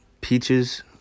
Peaches